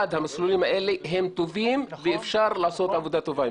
אחד המסלולים האלה הם טובים ואפשר לעשות אתו עבודה טובה.